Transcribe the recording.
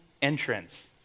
entrance